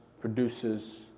produces